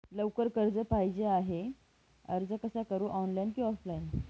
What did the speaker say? लवकर कर्ज पाहिजे आहे अर्ज कसा करु ऑनलाइन कि ऑफलाइन?